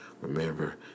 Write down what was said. Remember